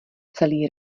celý